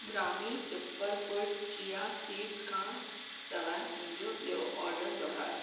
ग्रामी superfood chia seeds खां सवाइ मुंहिंजो ॿियो ऑर्डर दुहरायो